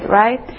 right